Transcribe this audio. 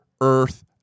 earth